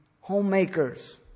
homemakers